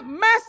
mess